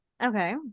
Okay